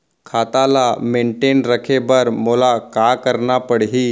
खाता ल मेनटेन रखे बर मोला का करना पड़ही?